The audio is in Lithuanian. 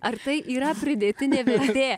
ar tai yra pridėtinė vertė